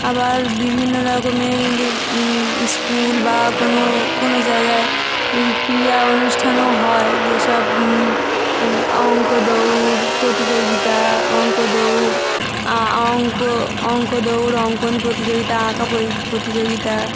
আবার বিভিন্ন রকমের স্কুল বা কোনো কোনো জায়গায় ক্রিয়া অনুষ্ঠানও হয় যেসব অংক দৌড় প্রতিযোগিতা অংক দৌড় আ অংক অংক দৌড় অঙ্কন প্রতিযোগিতা আঁকা পরি প্রতিযোগিতা